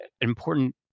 important